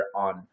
on